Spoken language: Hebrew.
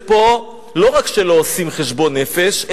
ופה לא רק שלא עושים חשבון נפש,